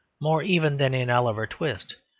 more even than in oliver twist,